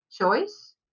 choice